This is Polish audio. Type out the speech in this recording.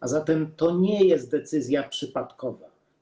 A zatem to nie jest decyzja przypadkowa.